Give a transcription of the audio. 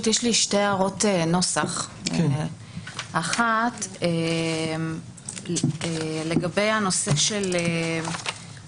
יש לי שתי הערות נוסח כאשר הראשונה היא לגבי הנושא של הנזקקות.